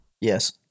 Yes